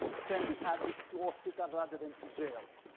send the addicts to hospitals rather than to jails.